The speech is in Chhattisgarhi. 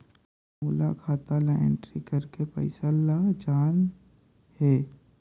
मोला खाता ला एंट्री करेके पइसा ला जान हे?